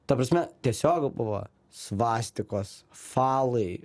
ta prasme tiesiog buvo svastikos falai